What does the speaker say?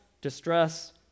distress